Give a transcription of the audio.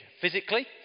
physically